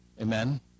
Amen